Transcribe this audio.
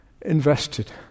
invested